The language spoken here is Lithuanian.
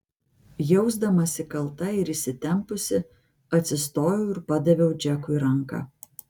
jausdamasi kalta ir įsitempusi atsistojau ir padaviau džekui ranką